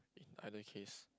in other case